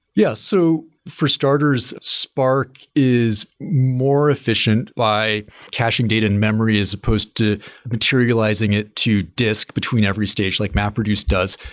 yeah. so for starters, spark is more efficient by caching data in-memory, as opposed to materializing it to disk between every stage like mapreduce does.